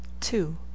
Two